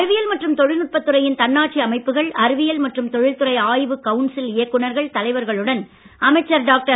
அறிவியல் மற்றும் தொழில்நுட்பத் துறையின் தன்னாட்சி அமைப்புகள் அறிவியல் மற்றும் தொழில்துறை ஆய்வு கவுன்சில் இயக்குனர்கள் தலைவர்களுடன் அமைச்சர் டாக்டர்